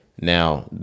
now